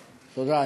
תודה.